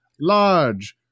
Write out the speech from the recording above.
large